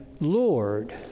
Lord